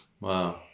Wow